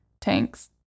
tanks